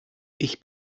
ich